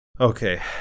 Okay